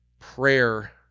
prayer